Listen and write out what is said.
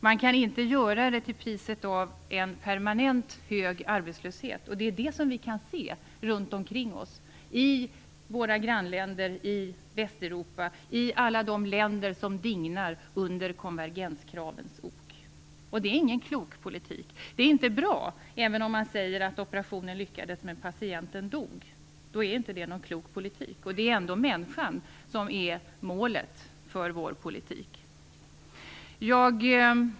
Man kan inte göra det till priset av en permanent hög arbetslöshet. Det är det vi kan se runt omkring oss - i våra grannländer, i Västeuropa, i alla de länder som dignar under konvergenskravens ok. Det är ingen klok politik. Det är inte bra. Man säger att operationen lyckades, men patienten dog. Då är det inte någon klok politik. Det är ändå människan som är målet för vår politik.